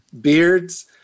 Beards